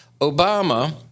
Obama